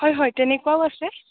হয় হয় তেনেকুৱাও আছে